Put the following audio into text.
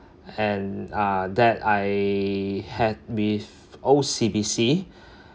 and uh that I had with O_C_B_C